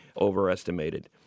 overestimated